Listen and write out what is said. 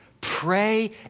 Pray